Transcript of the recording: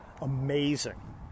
Amazing